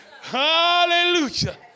Hallelujah